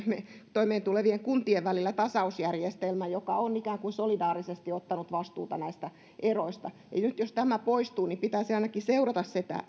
toimeentulevien kuntien välillä tasausjärjestelmä joka on ikään kuin solidaarisesti ottanut vastuuta näistä eroista nyt jos tämä poistuu niin pitäisi ainakin seurata sitä